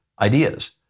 ideas